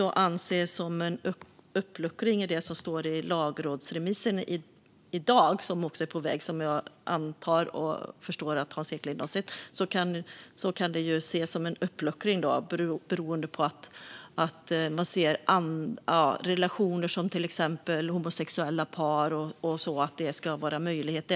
Det som står i den lagrådsremiss som är på väg - jag förstår att Hans Eklind har sett den - kan väl då ses som en uppluckring eftersom man tar hänsyn till relationer som till exempel homosexuella par även om personerna inte har sammanlevt.